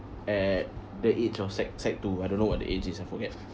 at the age of sec sec two I don't know what the age is I forget